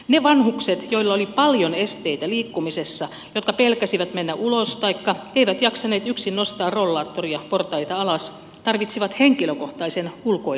ne vanhukset joilla oli paljon esteitä liikkumisessa jotka pelkäsivät mennä ulos taikka eivät jaksaneet yksin nostaa rollaattoria portaita alas tarvitsivat henkilökohtaisen ulkoiluavustajan